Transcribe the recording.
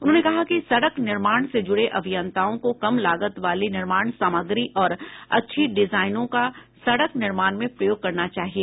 उन्होंने कहा कि सडक निर्माण से जुडे अभियंताओं को कम लागत वाली निर्माण सामग्री और अच्छी डिजाइनों का सडक निर्माण में प्रयोग करना चाहिए